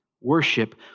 worship